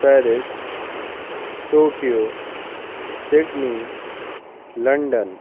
Paris Tokyo Sydney London